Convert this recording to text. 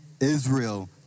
Israel